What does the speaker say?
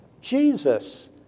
Jesus